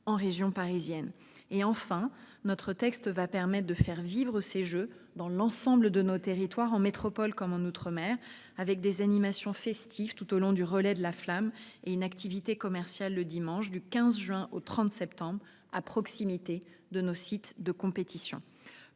cadre de la navette. Enfin, notre texte va permettre de faire vivre ces Jeux dans l'ensemble de nos territoires, en métropole comme en outre-mer, avec des animations festives, tout au long du relais de la flamme et une activité commerciale le dimanche, du 15 juin au 30 septembre 2024, à proximité de nos sites de compétition.